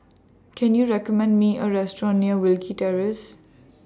Can YOU recommend Me A Restaurant near Wilkie Terrace